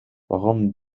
waarom